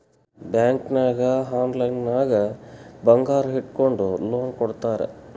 bank ನಾಗ್ online ನಾಗೆ ಬಂಗಾರ್ ಇಟ್ಗೊಂಡು ಲೋನ್ ಕೊಡ್ತಾರ್